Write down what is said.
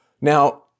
Now